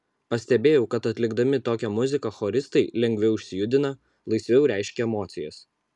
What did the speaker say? pastebėjau kad atlikdami tokią muziką choristai lengviau išsijudina laisviau reiškia emocijas